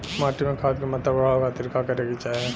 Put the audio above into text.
माटी में खाद क मात्रा बढ़ावे खातिर का करे के चाहीं?